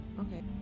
Okay